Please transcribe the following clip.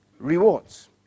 Rewards